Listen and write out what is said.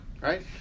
right